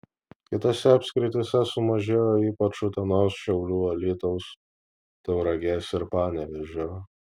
kitose apskrityse sumažėjo ypač utenos šiaulių alytaus tauragės ir panevėžio